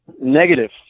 Negative